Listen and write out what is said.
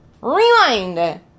Rewind